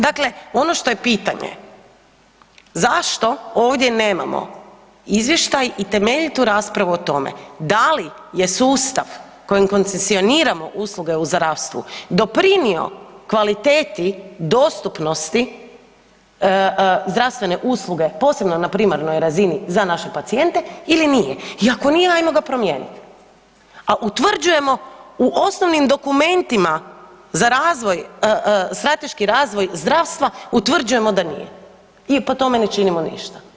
Dakle, ono što je pitanje, zašto ovdje nemamo izvještaj i temeljitu raspravu o tome da li je sustav kojim koncesioniramo usluge u zdravstvu doprinio kvaliteti dostupnosti zdravstvene usluge posebno na primarnoj razini za naše pacijente ili nije i ako nije ajmo ga promijenit, a utvrđujemo u osnovnim dokumentima za razvoj, strateški razvoj zdravstva utvrđujemo da nije i po tome ne činimo ništa.